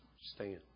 stand